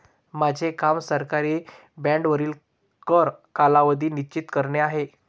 माझे काम सरकारी बाँडवरील कर कालावधी निश्चित करणे आहे